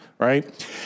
Right